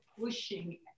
pushing